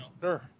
Sure